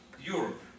Europe